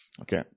Okay